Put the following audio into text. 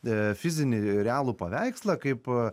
e fizinį realų paveikslą kaip